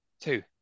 two